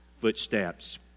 footsteps